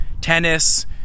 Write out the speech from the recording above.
tennis